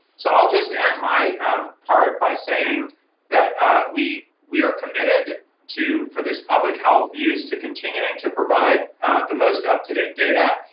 so i'll just end my part by saying that we we are committed for this public health use to continuing to provide the most up to date data.